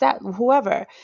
whoever